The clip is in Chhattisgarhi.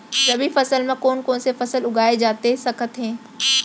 रबि फसल म कोन कोन से फसल उगाए जाथे सकत हे?